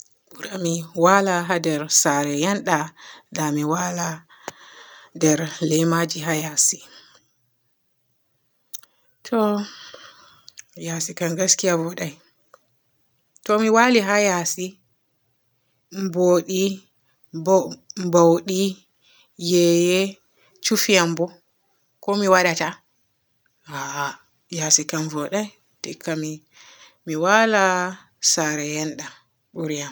Buran mi waala haa nder saare yanda da mi waala nder lemaji haa yaasi. To yaasi kam gaskiya vooday. To mi waali haa yaasi boodi, bau-baudi, yeye, cuufi am bo, ko mi waadata? Aa yaasi kam vooday dikka mi waala saare yanda buri am.